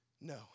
no